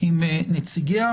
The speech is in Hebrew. עם נציגיה,